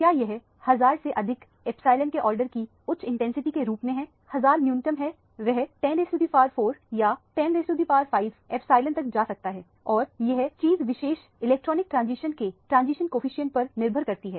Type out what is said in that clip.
क्या यह 1000 से अधिक एप्सिलॉन के ऑर्डर की उच्च इंटेंसिटी के रूप में है 1000 न्यूनतम है वह 10 या 10 एप्सिलॉन तक जा सकता है और यह चीज विशेष इलेक्ट्रॉनिक ट्रांजिशन के ट्रांजिशन कॉफीसेंट पर निर्भर करती है